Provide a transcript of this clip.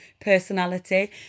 personality